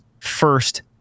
first